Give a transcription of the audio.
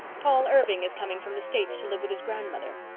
paul irving is coming from the states to live with his grandmother.